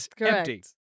empty